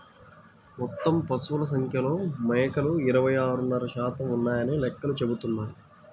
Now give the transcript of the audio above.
మొత్తం పశువుల సంఖ్యలో మేకలు ఇరవై ఆరున్నర శాతం ఉన్నాయని లెక్కలు చెబుతున్నాయి